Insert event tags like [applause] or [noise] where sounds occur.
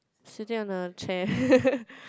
sitting on the chair [laughs]